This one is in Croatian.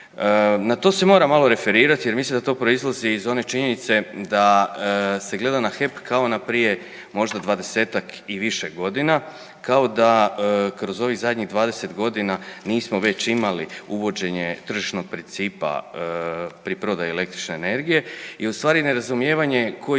Na to se moram malo referirat jer mislim da to proizlazi iz one činjenice da se gleda na HEP kao na prije možda 20-tak i više godina kao da kroz ovih zadnjih 20.g. nismo već imali uvođenje tržišnog principa pri prodaji električne energije i u stvari nerazumijevanje koji